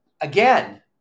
again